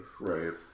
right